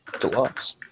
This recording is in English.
Deluxe